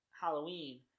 halloween